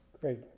Great